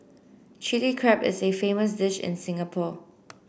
Chilli Crab is a famous dish in Singapore